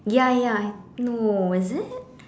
ya ya no is it